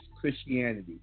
Christianity